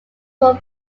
were